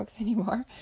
anymore